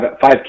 five